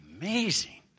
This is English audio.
amazing